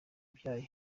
byayo